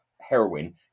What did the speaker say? heroin